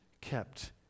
kept